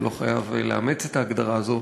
אתה לא חייב לאמץ את ההגדרה הזו,